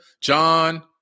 John